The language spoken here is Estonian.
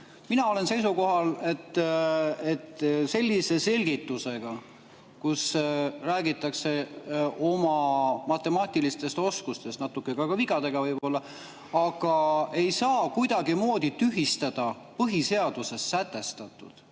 Mina olen seisukohal, et sellise selgitusega, kus räägitakse oma matemaatilistest oskustest, natuke ka vigadega võib-olla, ei saa kuidagimoodi tühistada põhiseaduses sätestatut.